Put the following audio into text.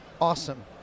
Awesome